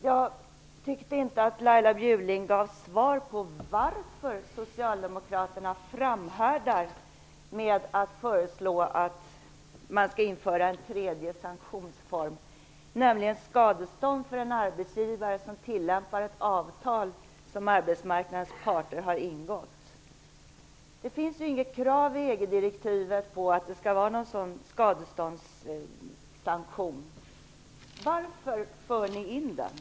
Jag tyckte inte att Laila Bjurling gav svar på frågan om varför Socialdemokraterna framhärdar med att föreslå införandet av en tredje sanktionsform, nämligen skadestånd för en arbetsgivare som tillämpar ett avtal som har ingåtts av arbetsmarknadens parter. Det finns inget krav på en sådan skadeståndssanktion i EG-direktivet. Varför för ni in den?